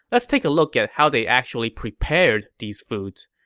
let's take a look at how they actually prepared these foods.